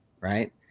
Right